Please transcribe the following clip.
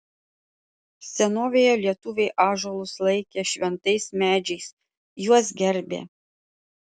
senovėje lietuviai ąžuolus laikė šventais medžiais juos gerbė